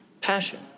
passion